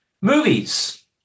Movies